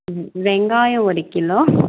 ம் வெங்காயம் ஒரு கிலோ